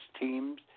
teams